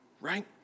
Right